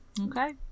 okay